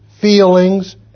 feelings